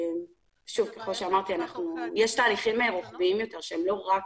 יש תהליכים רוחביים יותר שהם לא רק